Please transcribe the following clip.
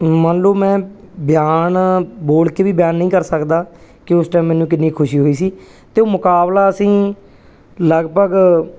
ਮੰਨ ਲਓ ਮੈਂ ਬਿਆਨ ਬੋਲ ਕੇ ਵੀ ਬਿਆਨ ਨਹੀਂ ਕਰ ਸਕਦਾ ਕਿ ਉਸ ਟਾਈਮ ਮੈਨੂੰ ਕਿੰਨੀ ਖੁਸ਼ੀ ਹੋਈ ਸੀ ਤੇ ਉਹ ਮੁਕਾਬਲਾ ਅਸੀਂ ਲਗਭਗ